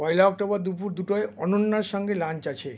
পয়লা October দুপুর দুটোয় অনন্যার সঙ্গে লাঞ্চ আছে